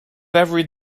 every